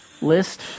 list